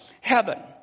heaven